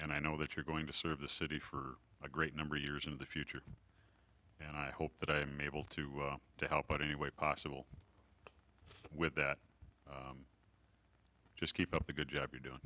and i know that you're going to serve the city for a great number of years in the future and i hope that i'm able to to help out any way possible with that just keep up the good job you